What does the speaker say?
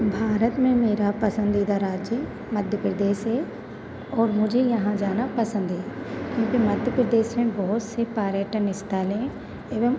भारत में मेरा पसंदीदा राज्य मध्य प्रदेश है और मुझे यहाँ जाना पसंद है क्योंकि मध्य प्रदेश में बहुत से पर्यटन स्थलें एवं